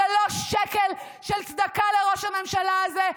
זה לא שקל של צדקה לראש הממשלה הזה,